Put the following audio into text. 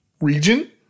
region